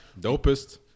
Dopest